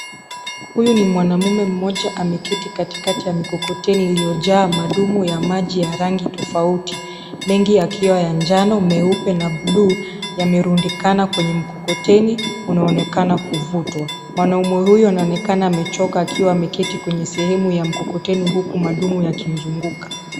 Huyu ni mwanamme mmoja ameketi katikati ya mikokoteni iliyojaa madumu ya maji ya rangi tofauti. Mengi yakiwa ya njano, meupe na bluu yamerundikana kwenye mkokoteni unaoonekana kuvutia. Mwanamme huyu anaoneka amechoka akiwa ameketi kwenye sehemu ya mkokoteni huku madumu yakizungukwa.